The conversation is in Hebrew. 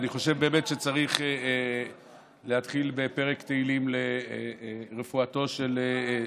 ואני חושב באמת שצריך להתחיל בפרק תהילים לרפואתו של דוד ביטן.